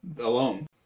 alone